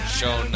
show